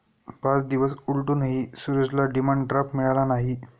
पाच दिवस उलटूनही सूरजला डिमांड ड्राफ्ट मिळाला नाही